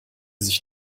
sich